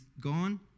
gone